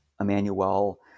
Emmanuel